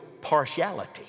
partiality